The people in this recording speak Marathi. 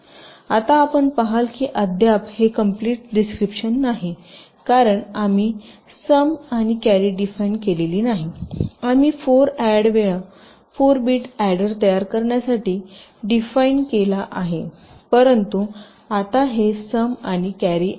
आता आपण पहाल की अद्याप हे कम्प्लिट डिस्क्रिपशन नाही कारण आम्ही सम आणि कॅरी डिफाइन केलेली नाही आम्ही 4अॅड वेळा 4 बिट अॅडर तयार करण्यासाठी डिफाइन केला आहे परंतु आता हे सम आणि कॅरी आहेत